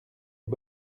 les